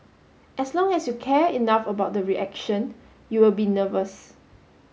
as long as you care enough about the reaction you will be nervous